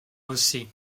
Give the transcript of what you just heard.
aussi